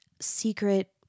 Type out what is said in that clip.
secret